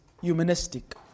humanistic